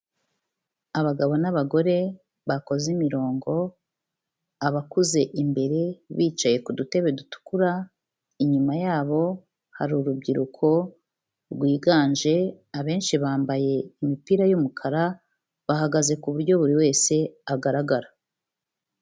Abagabo n'abagore bakoze imirongo abakuze imbere bicaye ku dutebe dutukura, inyuma yabo hari urubyiruko rwiganje abenshi bambaye imipira yumukara bahagaze kuburyo buri wese agaragara.